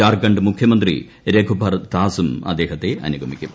ജാർഖണ്ഡ് മുഖ്യമന്ത്രി രഘുഭർ ദാസും അദ്ദേഹത്തെ അനുഗമിക്കും